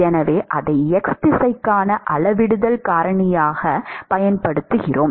எனவே அதை x திசைக்கான அளவிடுதல் காரணியாகப் பயன்படுத்துகிறோம்